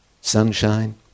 sunshine